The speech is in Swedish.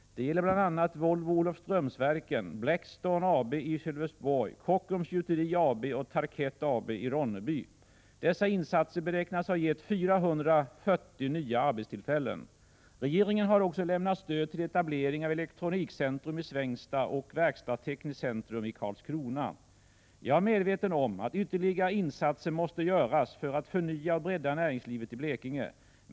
Det gäller bl.a. Volvo-Olofströmsverken, Blackstone AB i Sölvesborg, Kockums Gjuteri AB och Tarkett AB i Ronneby. Dessa insatser beräknas ha gett 440 nya arbetstillfällen. Regeringen har också lämnat stöd till etablering av Elektronikcentrum i Svängsta och Verkstadstekniskt centrum i Karlskrona. Jag är medveten om att ytterligare insatser måste göras för att förnya och bredda näringslivet i Blekinge.